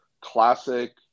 classic